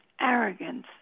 arrogance